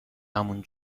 همون